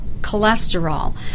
cholesterol